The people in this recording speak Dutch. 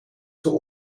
zijn